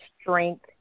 strength